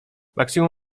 maksimum